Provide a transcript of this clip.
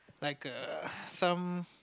like a some